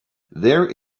there